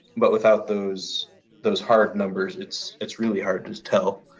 but without those those hard numbers, it's it's really hard to tell.